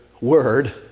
word